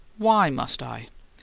why must i?